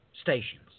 stations